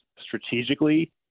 strategically